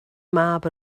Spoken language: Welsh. mab